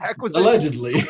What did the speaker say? allegedly